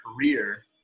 career